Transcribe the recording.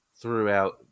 throughout